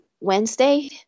Wednesday